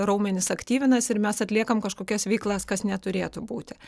raumenys aktyvinasi ir mes atliekam kažkokias veiklas kas neturėtų būti